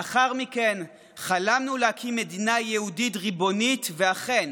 לאחר מכן חלמנו להקים מדינה יהודית ריבונית, ואכן